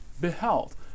beheld